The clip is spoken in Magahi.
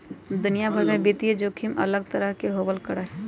दुनिया भर में वित्तीय जोखिम अलग तरह के होबल करा हई